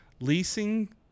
leasing